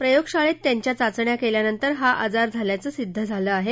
प्रयोगशाळेत त्यांच्या चाचण्या केल्यानंतर हा आजार झाल्याचं सिद्ध झालं आहे